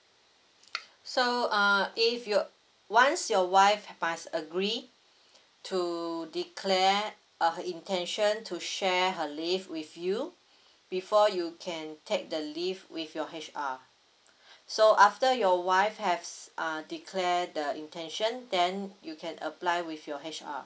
so err if you once your wife pass agree to declare her intention to share her leave with you before you can take the leave with your H_R so after your wife has err declare the intention then you can apply with your H_R